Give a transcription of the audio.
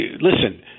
listen